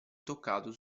toccato